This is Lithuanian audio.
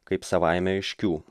kaip savaime aiškių